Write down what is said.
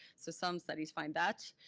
so some studies find that.